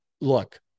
look